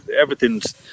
everything's